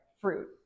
fruit